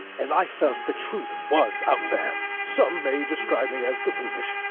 as i felt the truth was out there. some may describe me as buffoonish,